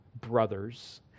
brothers